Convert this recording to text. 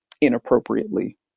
inappropriately